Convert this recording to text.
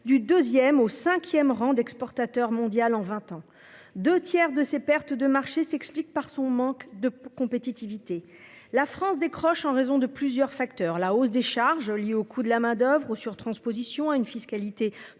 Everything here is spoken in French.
du 2ème au 5ème rang d'exportateur mondial en 20 ans 2 tiers de ses pertes de marché s'explique par son manque de compétitivité, la France décroche en raison de plusieurs facteurs, la hausse des charges liées au coût de la main-d'oeuvre ou sur-transpositions à une fiscalité trop